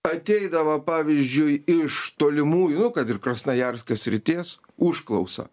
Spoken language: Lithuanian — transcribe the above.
ateidava pavyzdžiui iš tolimųjų nu kad ir krasnojarskas srities užklausa